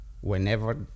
whenever